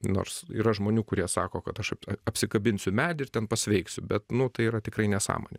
nors yra žmonių kurie sako kad aš apsikabinsiu medį ir ten pasveiksiu bet nu tai yra tikrai nesąmonė